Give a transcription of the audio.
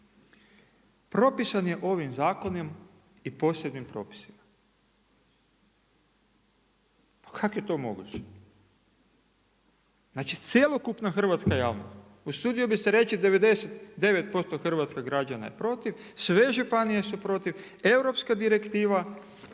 propisan je ovim zakonom i posebnim propisima.“ Pa kako je to moguće? Znači cjelokupna hrvatska javnost usudio bih se reći 99% hrvatskih građana je protiv, sve županije su protiv. Europska direktiva